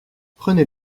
prenez